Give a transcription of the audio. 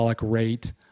rate